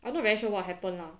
I'm not very sure what happen lah